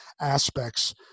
aspects